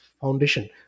foundation